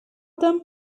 them